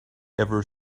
ever